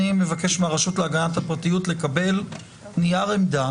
אני מבקש מהרשות להגנת הפרטיות לקבל נייר עמדה